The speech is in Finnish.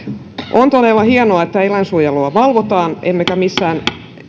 on todella hienoa että eläinsuojelua valvotaan emmekä missään